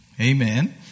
Amen